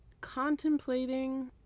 contemplating